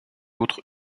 autre